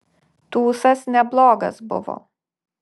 tūsas neblogas buvo